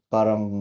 Parang